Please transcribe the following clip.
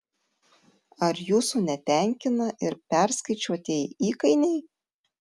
ar jūsų netenkina ir perskaičiuotieji įkainiai